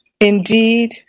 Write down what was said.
Indeed